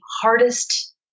hardest